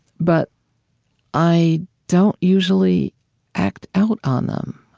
but i don't usually act out on them,